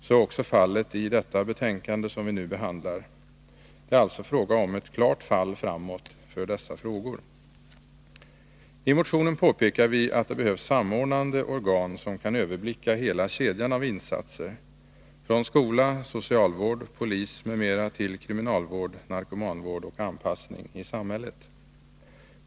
Så är också fallet i det betänkande som vi nu behandlar. Alltså är det ett klart fall framåt för dessa frågor. I motionen påpekar vi att det behövs samordnande organ, som kan "överblicka hela kedjan av insatser — från skola, socialvård, polis m.m. till kriminalvård, narkomanvård och anpassning i samhället.